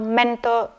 mental